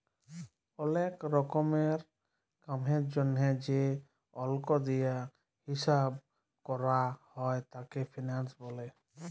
ওলেক রকমের কামের জনহে যে অল্ক দিয়া হিচ্চাব ক্যরা হ্যয় তাকে ফিন্যান্স ব্যলে